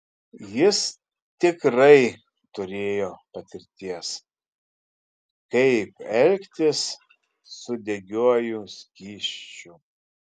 jis tikrai turėjo patirties kaip elgtis su degiuoju skysčiu